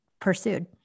pursued